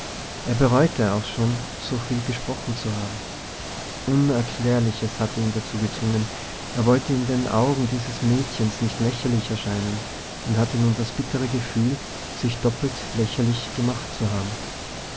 er bereute auch schon so viel gesprochen zu haben unerklärliches hatte ihn dazu gezwungen er wollte in den augen dieses mädchens nicht lächerlich erscheinen und hatte nun das bittere gefühl sich doppelt lächerlich gemacht zu haben